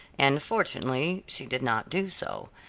and fortunately she did not do so.